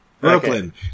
Brooklyn